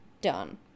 done